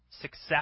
success